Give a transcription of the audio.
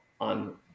on